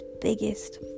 biggest